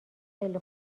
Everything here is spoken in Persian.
خیلی